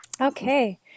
Okay